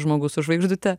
žmogus su žvaigždute